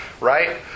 Right